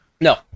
No